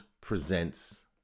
presents